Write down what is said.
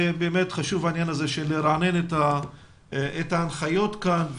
באמת חשוב העניין הזה של לרענן את ההנחיות כאן,